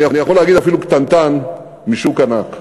אני יכול להגיד אפילו קטנטן, משוק ענק.